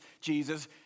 Jesus